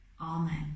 Amen